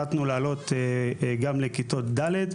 גם כוח עזר גדול מאוד של ההתאחדות,